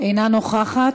אינה נוכחת.